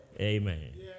amen